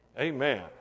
Amen